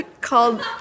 called